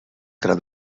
tram